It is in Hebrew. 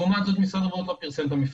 לעומת זאת משרד הבריאות לא פרסם את המפרטים,